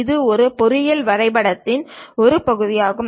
இது ஒரு பொறியியல் வரைபடத்தின் ஒரு பகுதியாகும்